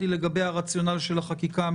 להערות הציבור.